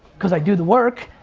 because i do the work.